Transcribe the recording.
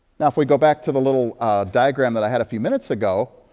now if we go back to the little diagram that i had a few minutes ago,